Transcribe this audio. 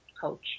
coach